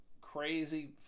crazy